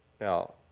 Now